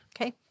Okay